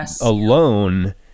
alone